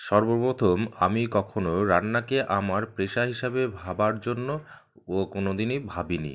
সর্বপ্রথম আমি কখনও রান্নাকে আমার প্রেশা হিসেবে ভাবার জন্য ও কোনো দিনই ভাবি নি